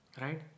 Right